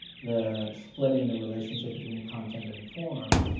the splitting the relationship between content and form,